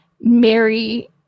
Mary